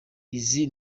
izi